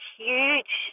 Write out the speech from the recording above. huge